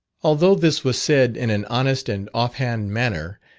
although this was said in an honest and off-hand manner,